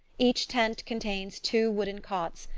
each tent contains two wooden cots,